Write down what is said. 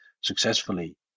successfully